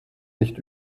nicht